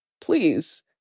please